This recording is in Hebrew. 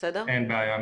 אין בעיה.